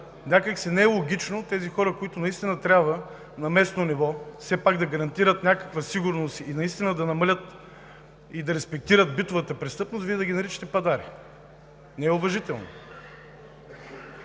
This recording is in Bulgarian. някак си не е логично тези хора, които наистина трябва на местно ниво все пак да гарантират някаква сигурност и наистина да намалят и да респектират битовата престъпност, Вие да ги наричате пъдари. Не е уважително.